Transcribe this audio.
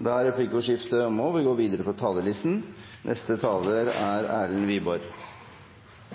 Replikkordskiftet er omme.